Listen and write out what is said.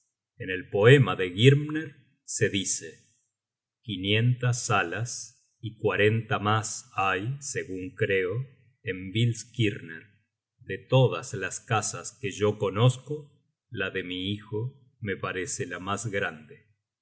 en el poema de girmner se dice content from google book search generated at tquinientas salas y cuarenta mas hay segun creo en bilskirner de todas las casas que yo conozco la de mi hijo me parece la mas grande